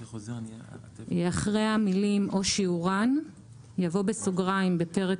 אחרי המילים 'או שיעורן' יבוא '(בפרק